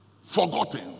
forgotten